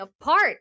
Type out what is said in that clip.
apart